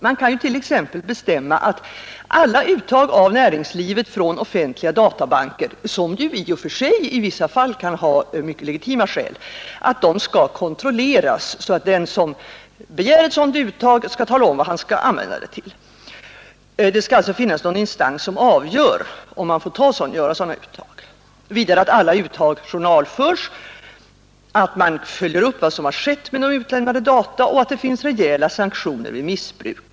Man kan ju t.ex. bestämma att alla uttag av näringslivet från offentliga databanker, som ju i vissa fall kan ha mycket legitima skäl, skall kontrolleras så att den som begär ett sådant uttag skall tala om vad han skall använda det till. Det skall alltså finnas någon instans som avgör om man får göra sådana uttag. Vidare har det talats om att alla uttag borde journalföras, att man bör följa upp vad som har skett med utlämnade data och att det bör finnas rejäla sanktioner vid missbruk.